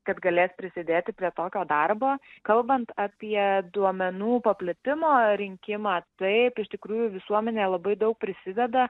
kad galės prisidėti prie tokio darbo kalbant apie duomenų paplitimo rinkimą taip iš tikrųjų visuomenė labai daug prisideda